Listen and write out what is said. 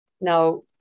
Now